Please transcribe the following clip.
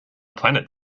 planet